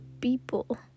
people